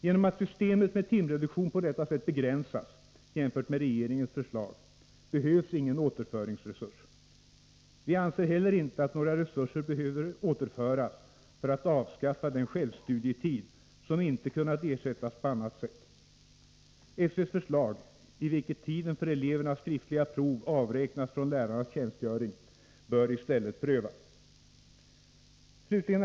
Genom att systemet med timreduktion på detta sätt begränsas jämfört med regeringens förslag, behövs ingen återföringsresurs. Vi anser inte heller att några resurser behöver återföras för att avskaffa den självstudietid som inte kunnat ersättas på annat sätt. SÖ:s förslag, enligt vilket tiden för elevernas skriftliga prov avräknas från lärarnas tjänstgöring, bör i stället prövas. Herr talman!